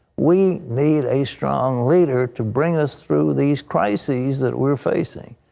we need a strong leader to bring us through these crises that we're facing.